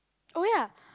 oh ya